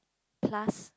plus